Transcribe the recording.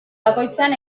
bakoitzean